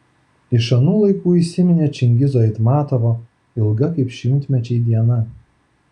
iš anų laikų įsiminė čingizo aitmatovo ilga kaip šimtmečiai diena